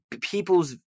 people's